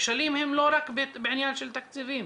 הכשלים הם לא רק בעניין של תקציבים,